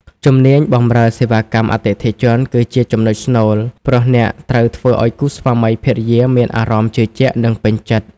ជំនាញបម្រើសេវាកម្មអតិថិជន គឺជាចំណុចស្នូល ព្រោះអ្នកត្រូវធ្វើឱ្យគូស្វាមីភរិយាមានអារម្មណ៍ជឿជាក់ និងពេញចិត្ត។